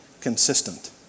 consistent